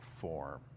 form